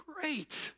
great